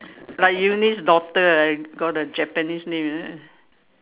like Eunice daughter ah got the Japanese name is it